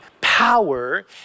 power